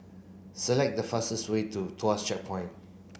select the fastest way to Tuas Checkpoint